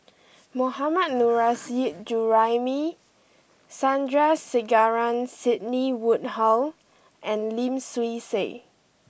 Mohammad Nurrasyid Juraimi Sandrasegaran Sidney Woodhull and Lim Swee Say